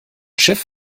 schiff